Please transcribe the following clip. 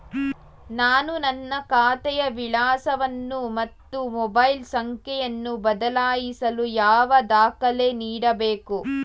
ನಾನು ನನ್ನ ಖಾತೆಯ ವಿಳಾಸವನ್ನು ಮತ್ತು ಮೊಬೈಲ್ ಸಂಖ್ಯೆಯನ್ನು ಬದಲಾಯಿಸಲು ಯಾವ ದಾಖಲೆ ನೀಡಬೇಕು?